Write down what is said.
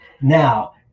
now